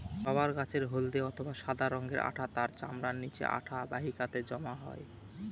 rubber গাছের হল্দে অথবা সাদা রঙের আঠা তার চামড়ার নিচে আঠা বাহিকাতে জমা হয়